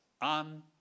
on